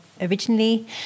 originally